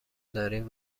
داریم